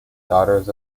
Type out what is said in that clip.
daughters